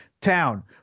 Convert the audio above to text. town